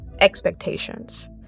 expectations